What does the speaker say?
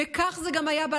וכך זה היה גם ב-2011,